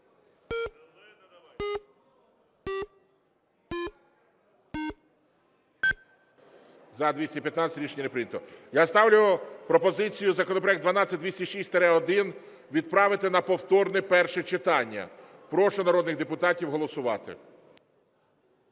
За-215 Рішення не прийнято. Я ставлю пропозицію законопроект 12206-1 відправити на повторне перше читання. Прошу народних депутатів голосувати.